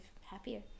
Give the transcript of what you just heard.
happier